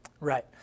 Right